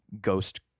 ghost